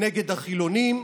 נגד החילונים,